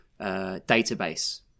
database